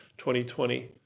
2020